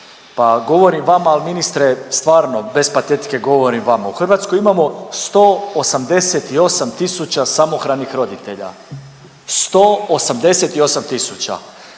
pa govorim vama, al ministre stvarno bez patetike govorim vama, u Hrvatskoj imamo 188 tisuća samohranih roditelja, 188